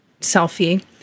selfie